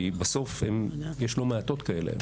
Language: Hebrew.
כי בסוף יש לא מעטות כאלה.